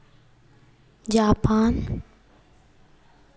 Japan